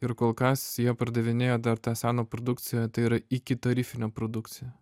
ir kol kas jie pardavinėjo dar tą seną produkciją tai yra ikitarifinę produkciją